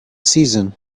season